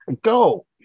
go